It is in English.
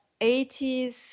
80s